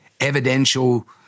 evidential